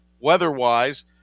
weather-wise